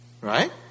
Right